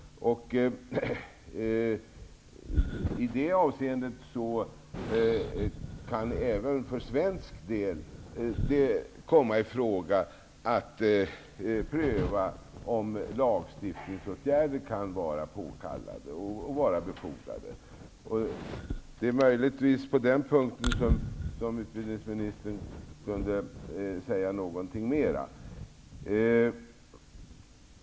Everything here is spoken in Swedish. I det avseendet kan det även för svensk del komma i fråga att pröva om lagstiftningsåtgärder kan vara påkallade. På den punkten kunde det vara motiverat att utbildningsministern sade någonting mera.